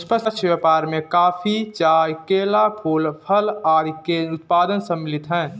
निष्पक्ष व्यापार में कॉफी, चाय, केला, फूल, फल आदि के उत्पाद सम्मिलित हैं